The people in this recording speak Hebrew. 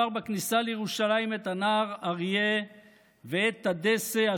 בכניסה לירושלים את הנער אריה ואת טדסה,